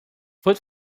fruit